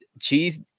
cheese